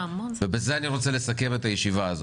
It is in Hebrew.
בזה אני רוצה לסכם את הישיבה.